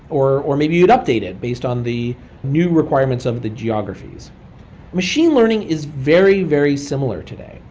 or or maybe you'd update it based on the new requirements of the geographies machine learning is very, very similar today.